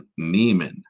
Neiman